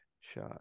shot